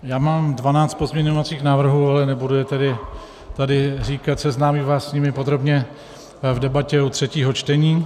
Já mám dvanáct pozměňovacích návrhů, ale nebudu je tady říkat, seznámím vás s nimi podrobně v debatě u třetího čtení.